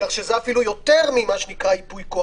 כך שזה אפילו יותר ממה שנקרא "ייפוי כוח".